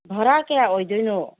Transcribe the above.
ꯚꯔꯥ ꯀꯌꯥ ꯑꯣꯏꯗꯣꯏꯅꯣ